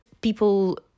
people